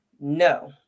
no